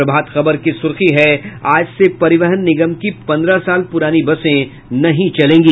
प्रभात खबर की सुर्खी है आज से परिवहन निगम की पंद्रह साल पुरानी बसें नहीं चलेंगी